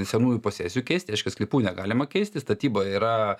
senųjų posesijų keist reiškia sklypų negalima keisti statyba yra